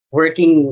working